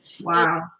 Wow